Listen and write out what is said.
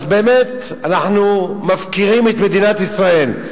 אז באמת אנחנו מפקירים את מדינת ישראל.